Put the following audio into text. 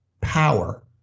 power